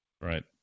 Right